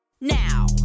now